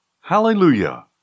Hallelujah